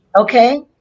Okay